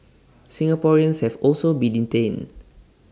Singaporeans have also been detained